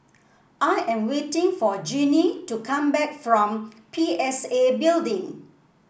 I am waiting for Genie to come back from P S A Building